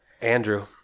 Andrew